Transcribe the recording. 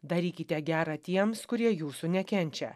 darykite gera tiems kurie jūsų nekenčia